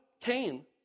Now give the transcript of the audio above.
Cain